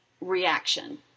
reaction